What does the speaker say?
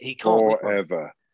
Forever